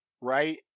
right